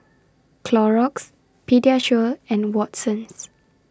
Clorox Pediasure and Watsons